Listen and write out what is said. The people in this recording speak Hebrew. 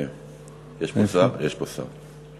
יש פה שר.